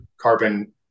carbon